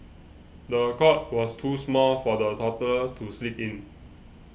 the cot was too small for the toddler to sleep in